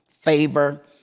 favor